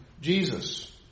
Jesus